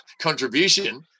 contribution